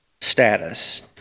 status